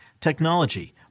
technology